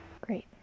Great